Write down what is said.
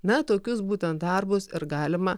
na tokius būtent darbus ir galima